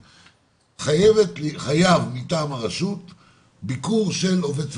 חייב מטעם הרשות ביקור של עובד סוציאלי,